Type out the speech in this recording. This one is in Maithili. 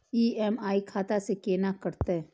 ई.एम.आई खाता से केना कटते?